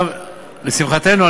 לשמחתנו,